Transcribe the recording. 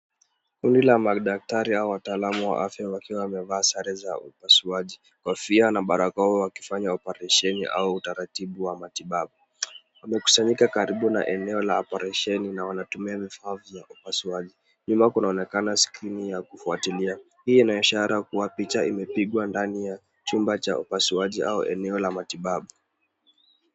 Kundi la madaktari au wataalamu wa afya wakiwa wamevaa sare za upasuaji, kofia na barakoa wakifanya operesheni au utaratibu wa matibabu. Wame kusanyika karibu na eneo la operesheni na wanatumia vifaa vya upasuaji. Nyuma kunaonekana skrini ya kufuatilia. Hii ina ishara kuwa picha imepigwa ndani ya chumba cha upasuaji au eneo la matibabu.